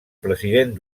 president